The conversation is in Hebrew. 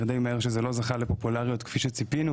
שזה לא זכה לפופולאריות כפי שציפינו,